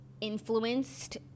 influenced